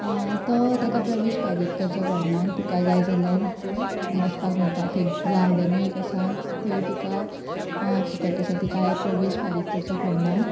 तो ताका प्रवेश फारीक करचो पडना तुका जाय जाल्यार वसपाक मेळटा थंय गार्डनूय एक आसा थंय तुका फुकट आसा थंय काय प्रवेश फारीक करचो पडना